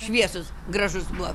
šviesius gražus buvo